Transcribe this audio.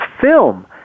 film